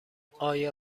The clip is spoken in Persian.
آیا